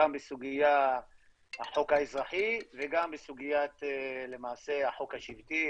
גם בסוגיית החוק האזרחי וגם בסוגיית החוק השבטי,